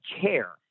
care